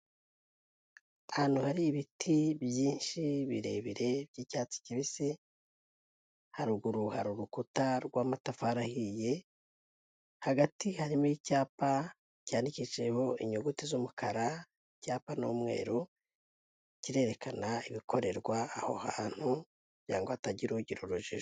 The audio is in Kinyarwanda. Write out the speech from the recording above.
Ahantu hari ibiti byinshi birebire by'icyatsi kibisi, haruguru hari urukuta rw'amatafari ahiye, hagati harimo icyapa cyandikishijemo inyuguti z'umukara, icyapa ni umweru, kirerekana ibikorerwa aho hantu kugira ngo hatagira ugira urujijo.